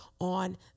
on